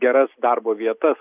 geras darbo vietas